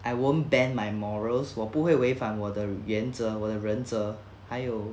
I won't bend my morals 我不会违反我的原则我的任则还有